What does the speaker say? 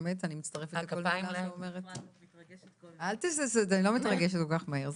באמת, אני מצטרפת אלייך ואני לא מתרגשת כל כך מהר.